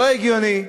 לא הגיוני,